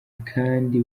kandi